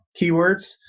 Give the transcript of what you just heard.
keywords